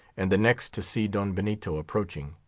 and the next to see don benito approaching,